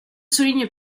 souligne